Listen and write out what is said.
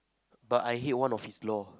but I hate one of his law